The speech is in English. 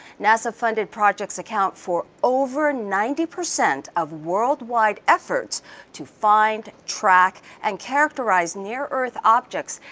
nasa-funded projects account for over ninety percent of worldwide efforts to find, track, and characterize near earth objects,